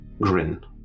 grin